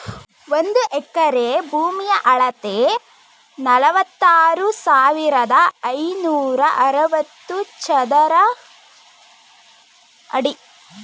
ಒಂದು ಎಕರೆ ಭೂಮಿಯ ಅಳತೆ ನಲವತ್ಮೂರು ಸಾವಿರದ ಐನೂರ ಅರವತ್ತು ಚದರ ಅಡಿ